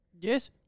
Yes